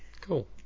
cool